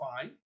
fine